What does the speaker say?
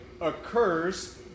occurs